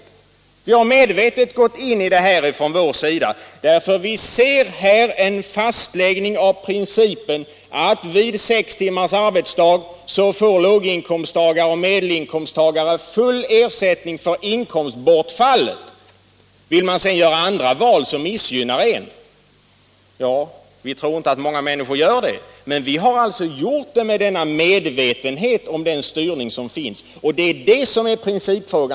Vi har från vår sida medvetet gått in för detta förslag, eftersom vi här ser en fastläggning av principen att vid sex timmars arbetsdag får lågoch medelinkomsttagare full ersättning för inkomstbortfallet. Sedan kan man naturligtvis också göra andra val som missgynnar vederbörande, men vi tror inte att många kommer att göra det. Vi har gått in för detta — Nr 133 förslag i medvetande om den styrning som finns, och det är det som Tisdagen den är principfrågan.